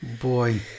Boy